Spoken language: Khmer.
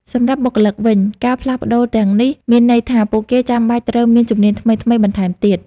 សម្រាប់បុគ្គលិកវិញ ការផ្លាស់ប្តូរទាំងនេះមានន័យថាពួកគេចាំបាច់ត្រូវមានជំនាញថ្មីៗបន្ថែមទៀត។